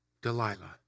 Delilah